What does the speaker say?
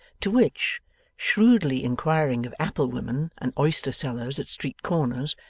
to which shrewdly inquiring of apple-women and oyster-sellers at street-corners,